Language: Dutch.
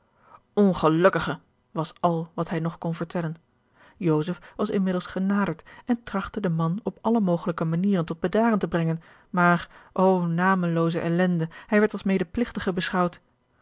ongelukkige was al wat hij nog kon vertellen joseph was inmiddels genaderd en trachtte den man op alle mogelijke manieren tot bedaren te brengen maar o namelooze ellende hij werd als medepligtige beschouwd